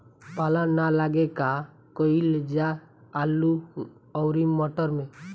पाला न लागे का कयिल जा आलू औरी मटर मैं?